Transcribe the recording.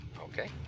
Okay